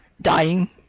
dying